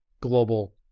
global